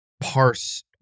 parse